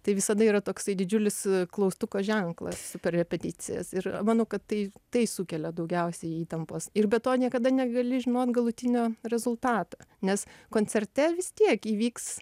tai visada yra toksai didžiulis klaustuko ženklas per repeticijas ir manau kad tai tai sukelia daugiausiai įtampos ir be to niekada negali žinot galutinio rezultatą nes koncerte vis tiek įvyks